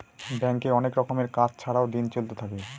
ব্যাঙ্কে অনেক রকমের কাজ ছাড়াও দিন চলতে থাকে